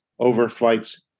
overflights